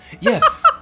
Yes